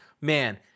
man